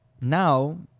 now